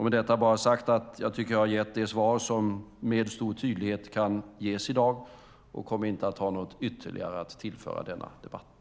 Med detta sagt tycker jag att jag har gett de svar som med stor tydlighet kan ges i dag och kommer inte att ha något ytterligare att tillföra denna debatt.